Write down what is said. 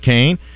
Kane